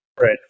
Right